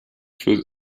für